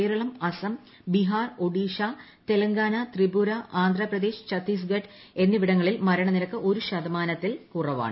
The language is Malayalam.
കേരളം അസം ബീഹാർ ഒഡീഷ തെല്ലിങ്കാന് ത്രിപുര ആന്ധ്രാപ്രദേശ് ഛത്തീസ്ഗഡ് എന്നിവിട്ടങ്ങളിൽ മരണനിരക്ക് ഒരു ശതമാനത്തിൽ കുറവാണ്